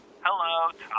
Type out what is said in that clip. Hello